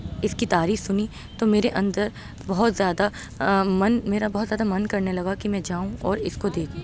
اس کی تعریف سنی تو میرے اندر بہت زیادہ من میرا بہت زیادہ من کرنے لگا کہ میں جاؤں اور اس کو دیکھوں